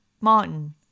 Martin